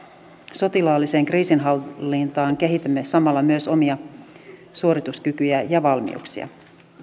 sotilaalliseen kriisinhallintaan kehitämme samalla myös omaa suorituskykyämme ja valmiuksiamme